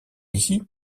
ici